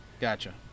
Gotcha